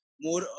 more